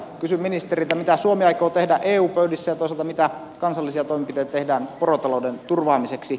mitä suomi aikoo tehdä eu pöydissä ja toisaalta mitä kansallisia toimenpiteitä tehdään porotalouden turvaamiseksi